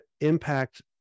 impact